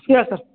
sir